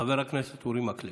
חבר הכנסת אורי מקלב.